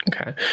Okay